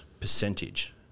percentage